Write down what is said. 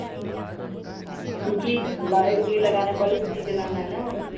क्योंकि लाइट भी लगाना बल्ब भी जलाना है ना आपको